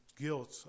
guilt